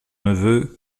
neveu